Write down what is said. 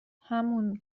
همون